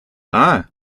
hein